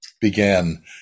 began